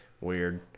Weird